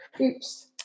Oops